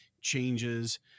changes